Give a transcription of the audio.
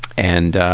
and